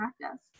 practice